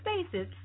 spaces